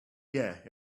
yeah